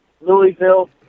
Louisville